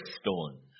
stone